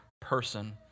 person